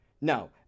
No